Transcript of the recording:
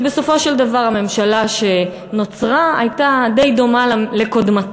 ובסופו של דבר הממשלה שנותרה הייתה די דומה לקודמתה.